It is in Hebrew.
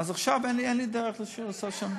עכשיו אין לי דרך לעשות שם,